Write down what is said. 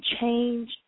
change